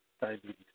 diabetes